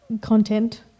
content